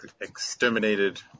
exterminated